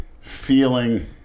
feeling